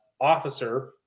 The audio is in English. officer